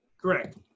Correct